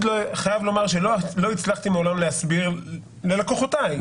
חייב לומר שלא הצלחתי מעולם להסביר ללקוחותיי,